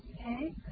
Okay